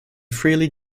freely